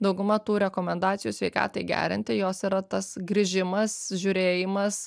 dauguma tų rekomendacijų sveikatai gerinti jos yra tas grįžimas žiūrėjimas